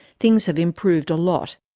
things have improved a lot.